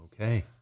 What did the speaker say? Okay